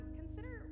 consider